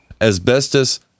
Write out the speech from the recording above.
Asbestos